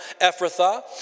Ephrathah